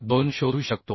2 शोधू शकतो